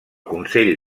consell